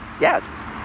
Yes